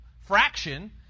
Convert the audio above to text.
fraction